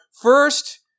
First